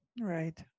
right